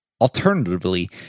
Alternatively